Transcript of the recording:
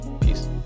Peace